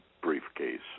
briefcase